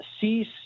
Cease